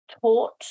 taught